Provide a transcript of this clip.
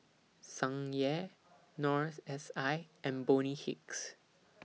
Tsung Yeh North S I and Bonny Hicks